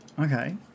Okay